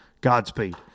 Godspeed